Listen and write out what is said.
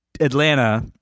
Atlanta